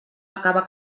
acaba